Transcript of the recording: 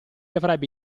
avrebbe